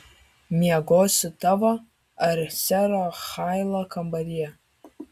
miegosiu tavo ar sero hailo kambaryje